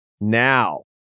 now